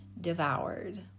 devoured